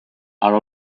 are